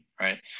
right